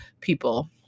people